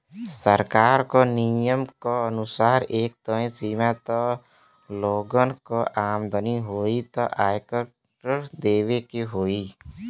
सरकार क नियम क अनुसार एक तय सीमा तक लोगन क आमदनी होइ त आय कर देवे के होइ